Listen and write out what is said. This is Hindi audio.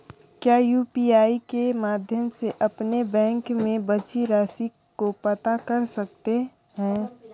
क्या यू.पी.आई के माध्यम से अपने बैंक में बची राशि को पता कर सकते हैं?